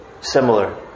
similar